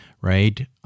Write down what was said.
right